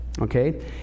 okay